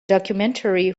documentary